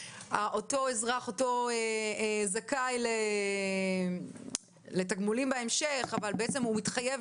שאותו זכאי לתגמולים בהמשך מתחייב